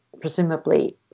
presumably